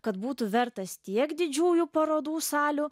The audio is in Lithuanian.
kad būtų vertas tiek didžiųjų parodų salių